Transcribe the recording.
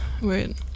Wait